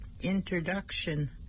introduction